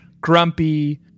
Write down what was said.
grumpy